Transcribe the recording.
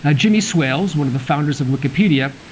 ah jimmy so wales, one of the founders of wikipedia,